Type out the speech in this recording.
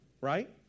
Right